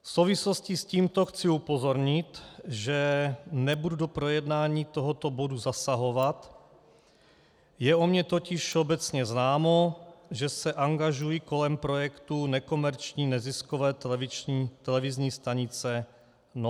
V souvislosti s tímto chci upozornit, že nebudu do projednání tohoto bodu zasahovat, je o mě totiž všeobecně známo, že se angažuji kolem projektu nekomerční neziskové televizní stanice NOE.